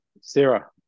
Sarah